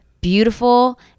beautiful